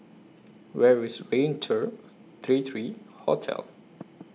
Where IS Raintr three three Hotel